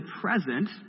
present